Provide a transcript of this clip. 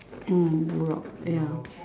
mm Buraq ya